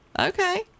okay